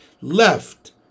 Left